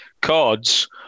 Cards